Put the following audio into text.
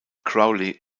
crowley